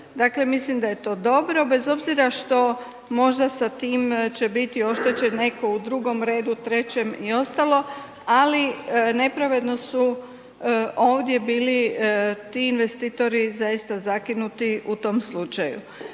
Dakle mislim da je to dobro bez obzira što možda sa tim će biti oštećen netko u drugom redu, trećem i ostalo ali nepravedno su ovdje bili ti investitori zaista zakinuti u tom slučaju.